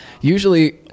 usually